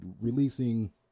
releasing